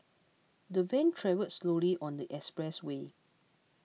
the van travelled slowly on the expressway